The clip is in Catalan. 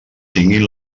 tinguin